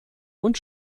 und